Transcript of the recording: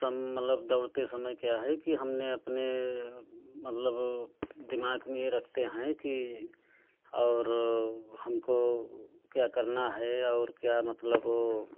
सम मतलब दौड़ते समय क्या है कि हमने अपने मतलब दिमाग में यह रखते हैं कि और हमको क्या करना है और क्या मतलब